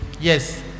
Yes